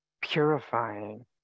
purifying